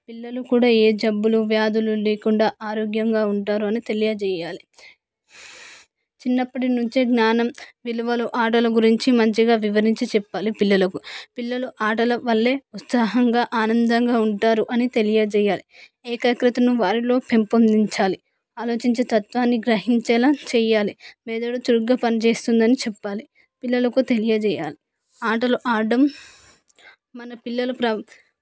పిల్లలు కూడా ఏ జబ్బులు వ్యాధులు లేకుండా ఆరోగ్యంగా ఉంటారని తెలియజేయాలి చిన్నప్పటి నుంచి జ్ఞానం విలువలు ఆటలు గురించి మంచిగా వివరించి చెప్పాలి పిల్లలకు పిల్లలు ఆటలు వల్లే ఉత్సాహంగా ఆనందంగా ఉంటారు అని తెలియజేయాలి ఏకాగ్రతను వారిలో పెంపొందించాలి ఆలోచించే తత్వాన్ని గ్రహించేలా చేయాలి మెదడు చురుగ్గా పనిచేస్తుందని చెప్పాలి పిల్లలకు తెలియజేయాలి ఆటలు ఆడటం మన పిల్లల